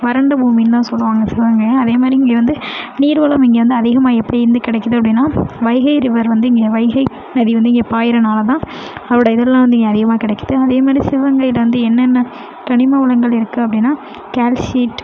வறண்ட பூமின்னு தான் சொல்லுவாங்க சிவங்கையை அதே மாதிரி இங்கே வந்து நீர் வளம் இங்கே வந்து அதிகமாக எப்படி இந்து கிடைக்கிது அப்படின்னா வைகை ரிவர் வந்து இங்கே வைகை நதி வந்து இங்கே பாயிறதுனால தான் அதோடய இதுலாம் வந்து இங்கே அதிகமாக கிடைக்கிது அதேமாதிரி சிவகங்கையில் வந்து என்னென்ன கனிம வளங்கள் இருக்குது அப்படின்னா கேல்ஷீட்